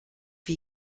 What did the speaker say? wie